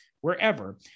wherever